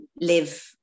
live